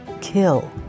kill